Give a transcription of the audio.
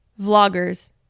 vloggers